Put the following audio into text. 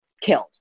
killed